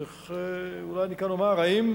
צריך אולי מכאן לומר: האם